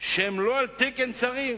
שהם לא על תקן שרים,